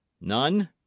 none